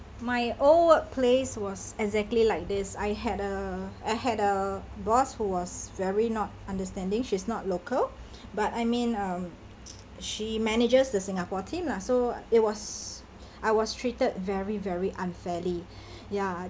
my old workplace was exactly like this I had a I had a boss who was very not understanding she's not local but I mean uh she manages the singapore team lah so it was I was treated very very unfairly ya